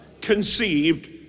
conceived